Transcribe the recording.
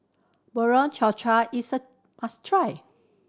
Bubur Cha Cha is a must try